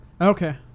Okay